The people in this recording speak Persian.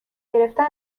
گرفتن